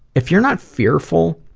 if you're not fearful